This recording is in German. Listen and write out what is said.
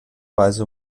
weise